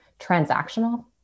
transactional